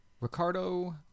Ricardo